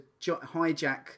hijack